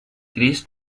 chris